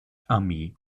armee